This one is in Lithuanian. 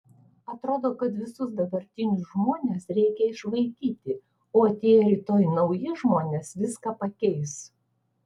atrodo kad visus dabartinius žmones reikia išvaikyti o atėję rytoj nauji žmonės viską pakeis